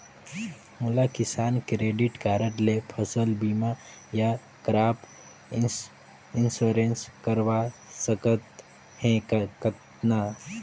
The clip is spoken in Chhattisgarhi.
मोला किसान क्रेडिट कारड ले फसल बीमा या क्रॉप इंश्योरेंस करवा सकथ हे कतना?